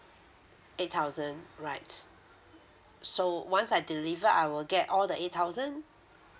eight thousand right so once I deliver I will get all the eight thousand